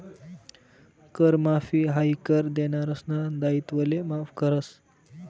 कर माफी हायी कर देनारासना दायित्वले माफ करस